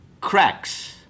Cracks